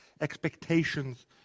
expectations